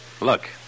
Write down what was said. Look